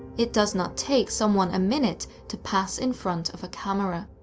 it does not take someone a minute to pass in front of a camera.